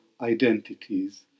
identities